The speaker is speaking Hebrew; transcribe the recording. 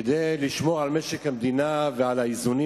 כדי לשמור על משק המדינה ועל האיזונים